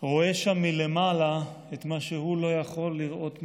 רואה שם מלמעלה את מה שהוא לא יכול לראות מלמטה.